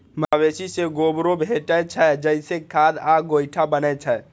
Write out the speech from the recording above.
मवेशी सं गोबरो भेटै छै, जइसे खाद आ गोइठा बनै छै